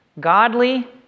godly